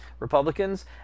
Republicans